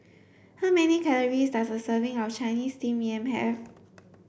how many calories does a serving of Chinese steamed Yam have